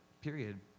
period